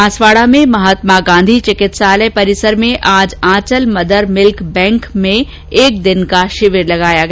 बांसवाड़ा में महात्मा गांधी चिकित्सालय परिसर में आज आंचल मदर मिल्क बैंक का एक दिन का शिविर लगाया गया